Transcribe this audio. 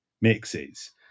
mixes